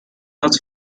not